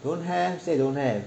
don't have say don't have